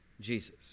Jesus